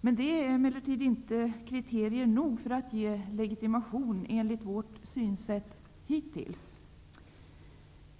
Men det är emellertid inte kriterier nog för att ge legitimation enligt vårt synsätt hittills.